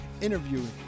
interviewing